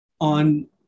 on